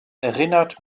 erinnert